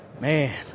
Man